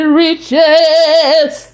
reaches